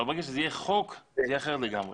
אבל ברגע שזה יהיה חוק זה יהיה אחרת לגמרי.